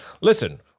Listen